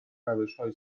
روشهای